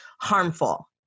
harmful